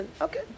okay